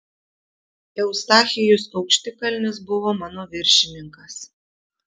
eustachijus aukštikalnis buvo mano viršininkas